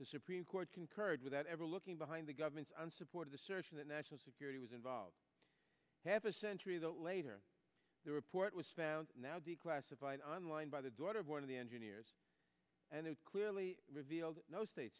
the supreme court concurred without ever looking behind the government's unsupported assertion that national security was involved half a century that later the report was found now the classified online by the daughter of one of the engineers and it clearly revealed no state